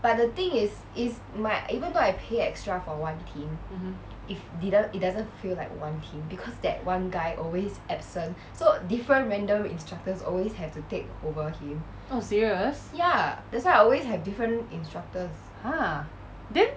mmhmm oh serious !huh! then